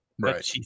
Right